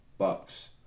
Bucks